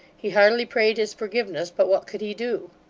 he heartily prayed his forgiveness, but what could he do?